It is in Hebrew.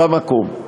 במקום.